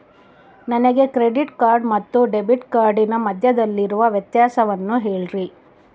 ನನಗೆ credit card ಮತ್ತು debit ಕಾರ್ಡಿನ ಮಧ್ಯದಲ್ಲಿರುವ ವ್ಯತ್ಯಾಸವನ್ನು ಹೇಳ್ರಿ?